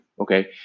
Okay